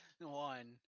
one